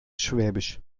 schwäbisch